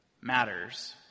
matters